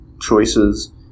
choices